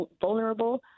vulnerable